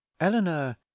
eleanor